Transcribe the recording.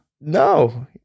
No